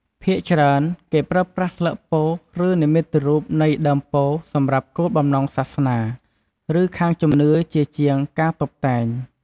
ភាគច្រើន គេប្រើប្រាស់ស្លឹកពោធិ៍ ឬនិមិត្តរូបនៃដើមពោធិ៍សម្រាប់គោលបំណងសាសនា ឬខាងជំនឿជាជាងការតុបតែង។